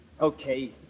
Okay